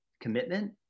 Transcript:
commitment